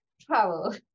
Travel